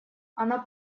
она